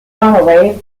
runway